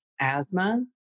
asthma